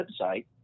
website